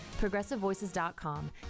progressivevoices.com